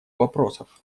вопросов